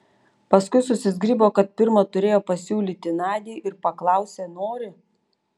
paskui susizgribo kad pirma turėjo pasiūlyti nadiai ir paklausė nori